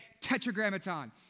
tetragrammaton